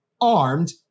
armed